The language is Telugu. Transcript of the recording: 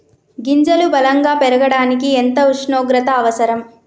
గింజలు బలం గా పెరగడానికి ఎంత ఉష్ణోగ్రత అవసరం?